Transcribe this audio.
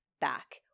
back